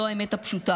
זו האמת הפשוטה,